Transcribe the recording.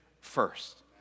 first